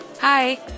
Hi